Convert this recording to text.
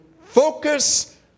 focus